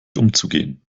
umzugehen